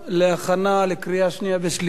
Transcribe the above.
ההצעה להעביר את הצעת חוק לתיקון פקודת הרוקחים (מס' 20)